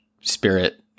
spirit